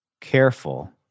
careful